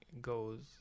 goes